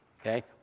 okay